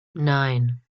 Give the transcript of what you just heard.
nine